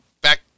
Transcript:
back